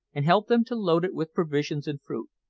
and helped them to load it with provisions and fruit.